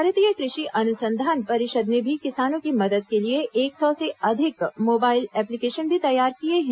भारतीय कृषि अनुसंधान परिषद ने भी किसानों की मदद के लिए एक सौ से अधिक मोबाइल एप्लीकेशन भी तैयार किए हैं